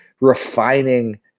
refining